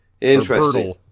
Interesting